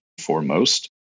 foremost